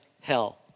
hell